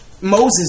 Moses